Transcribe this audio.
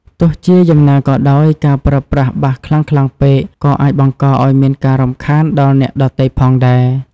ទោះជាយ៉ាងណាក៏ដោយ ការប្រើប្រាស់បាសខ្លាំងៗពេកក៏អាចបង្កឱ្យមានការរំខានដល់អ្នកដទៃផងដែរ។